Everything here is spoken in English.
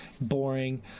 boring